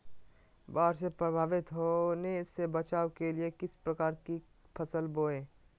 बाढ़ से प्रभावित होने से बचाव के लिए किस प्रकार की फसल बोए?